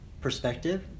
Perspective